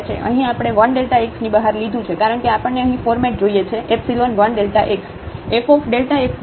અહીં આપણે આ 1 Δ x ની બહાર લીધું છે કારણ કે આપણને અહીં ફોર્મેટ જોઈએ છે એપ્સીલોન 1 Δ x